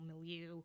milieu